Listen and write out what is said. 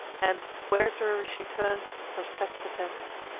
and, whereso'er she turns, her steps attends.